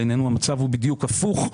בעינינו המצב הוא בדיוק הפוך.